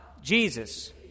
Jesus